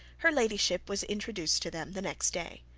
her ladyship was introduced to them the next day.